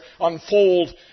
unfold